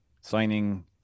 signing